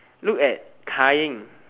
look at Kai-Ying